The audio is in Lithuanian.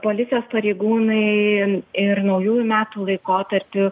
policijos pareigūnai ir naujųjų metų laikotarpiu